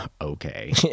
Okay